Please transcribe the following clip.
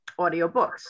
audiobooks